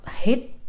hit